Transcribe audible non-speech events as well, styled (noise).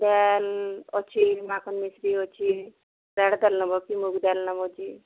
ଡାଏଲ୍ ଅଛି ମାଖନ୍ ମିଶ୍ରି ଅଛି (unintelligible) ମୁଗ୍ ଡାଏଲ୍ ଅଛି (unintelligible)